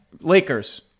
lakers